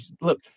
look